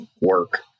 work